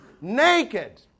naked